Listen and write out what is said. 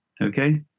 okay